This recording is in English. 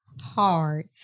hard